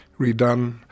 redone